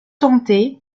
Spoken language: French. tenté